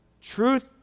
Truth